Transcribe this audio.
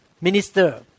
minister